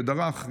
שדרך.